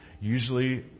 usually